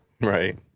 right